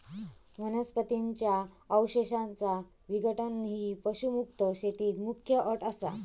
वनस्पतीं च्या अवशेषांचा विघटन ही पशुमुक्त शेतीत मुख्य अट असा